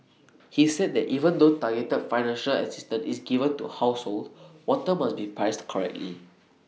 he said that even though targeted financial assistance is given to households water must be priced correctly